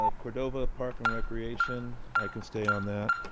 ah cordova park and recreation, i can stay on that.